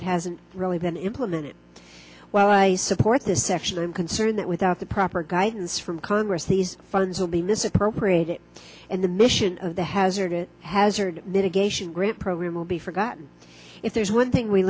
it hasn't really been implemented well i support this action i'm concerned that without the proper guidance from congress these funds will be misappropriated and the mission of the hazard it hazard mitigation grant program will be forgotten if there's one thing we